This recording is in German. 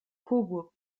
coburg